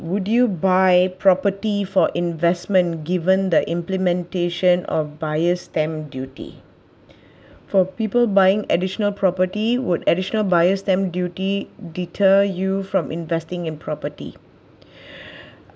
would you buy property for investment given the implementation of buyer's stamp duty for people buying additional property would additional buyer's stamp duty deter you from investing in property